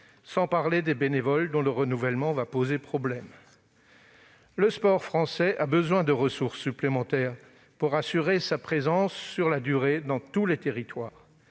la situation des bénévoles, dont le renouvellement va poser problème. Le sport français a besoin de ressources supplémentaires pour assurer sa présence sur la durée dans tous les territoires.